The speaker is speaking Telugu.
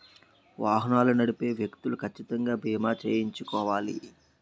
వాహనాలు నడిపే వ్యక్తులు కచ్చితంగా బీమా చేయించుకోవాలి